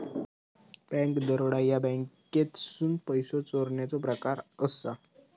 bank दरोडा ह्या बँकेतसून पैसो चोरण्याचो प्रकार असा